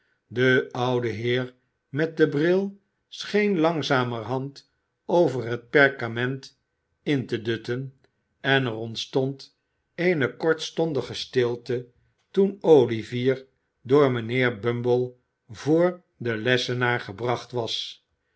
de oude heer met den bril scheen langzamerhand over het perkament in te dutten en er ontstond eene kortstondige stilte toen olivier door mijnheer bumble voor den lessenaar gebracht was